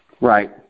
Right